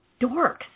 dorks